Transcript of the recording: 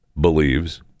believes